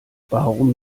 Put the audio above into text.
warum